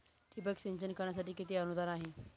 ठिबक सिंचन करण्यासाठी किती अनुदान आहे?